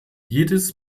jedes